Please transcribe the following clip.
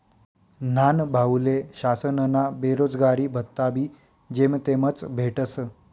न्हानभाऊले शासनना बेरोजगारी भत्ताबी जेमतेमच भेटस